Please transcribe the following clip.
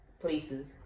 places